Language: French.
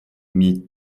mis